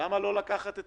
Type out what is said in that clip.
למה לא לקחת את